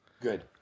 Good